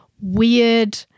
weird